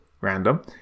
random